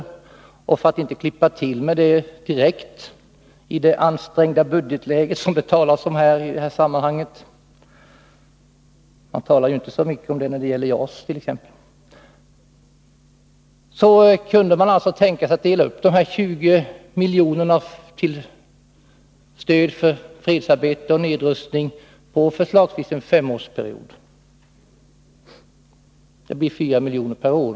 Om man nu inte direkt skall klippa till med 1 promille i det ansträngda budgetläge som det talas så mycket om i detta sammanhang — däremot talar man inte så mycket om det ansträngda budgetläget när det t.ex. gäller JAS — kunde man tänka sig att dela upp de här 20 miljonerna till stöd för fredsarbete och nedrustning på förslagsvis en femårsperiod. Då skulle det bli 4 milj.kr. per år.